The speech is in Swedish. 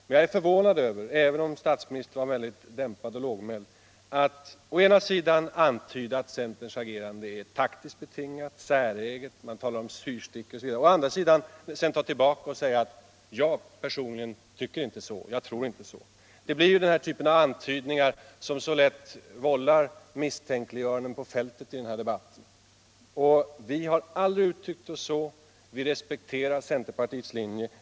Men jag är förvånad över, även om statsministern var väldigt dämpad och lågmäld, att han å ena sidan antyder att centerns agerande är taktiskt betingat, säreget — man talar om fyrstickor osv. — och å andra sidan sedan tar tillbaka det och säger att han personligen inte tycker så, inte tror så. Denna typ av antydningar vållar lätt misstänkliggöranden på fältet i den här debatten. Vi har aldrig uttryckt oss så, vi respekterar centerpartiets linje.